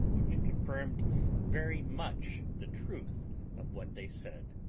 which confirmed very much the truth of what they said.